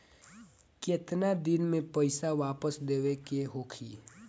केतना दिन में पैसा वापस देवे के होखी?